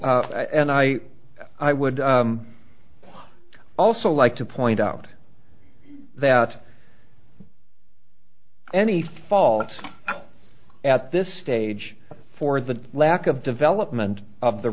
and i i would also like to point out that any fault at this stage for the lack of development of the